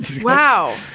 Wow